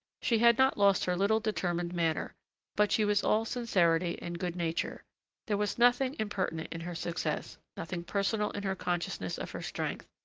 she had not lost her little determined manner but she was all sincerity and good nature there was nothing impertinent in her success, nothing personal in her consciousness of her strength.